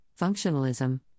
functionalism